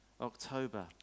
October